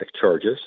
charges